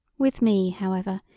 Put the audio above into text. with me, however,